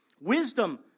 Wisdom